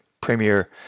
premier